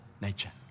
nature